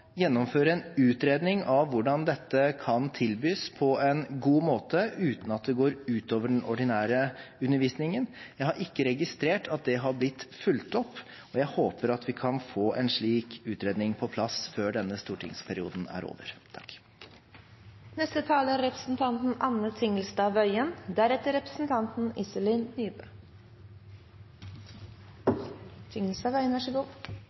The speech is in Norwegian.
gjennomføre en utredning av hvordan dette kan tilbys på en god måte uten at det går ut over den ordinære undervisningen. Jeg har ikke registrert at det har blitt fulgt opp, og jeg håper at vi kan få en slik utredning på plass før denne stortingsperioden er over. Først en takk til representanten Tynning Bjørnø for å ha løftet situasjonen for blinde og svaksynte i denne interpellasjonen. Så